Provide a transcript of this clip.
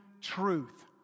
truth